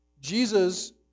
Jesus